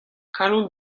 kalon